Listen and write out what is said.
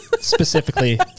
Specifically